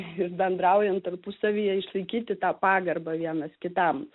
ir bendraujant tarpusavyje išlaikyti tą pagarbą vienas kitam